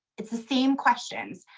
it's the same questions.